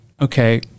okay